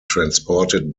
transported